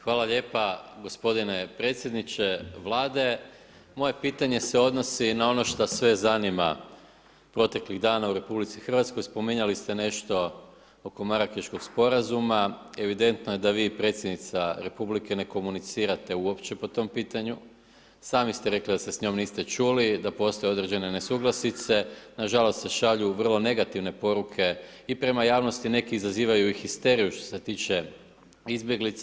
Hvala lijepa gospodine predsjedniče Vlade, moje pitanje se odnosi na ono šta sve zanima proteklih dana u RH spominjali ste nešto oko Marakeškog sporazuma, evidentno je da vi i predsjednica republike ne komunicirate uopće po tom pitanju, sami ste rekli da se s njom niste čuli, da postoje određene nesuglasici, nažalost se šalju vrlo negativne poruke i prema javnosti, neki izazivaju i histeriju što se tiče izbjeglica.